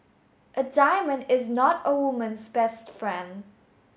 a diamond is not a woman's best friend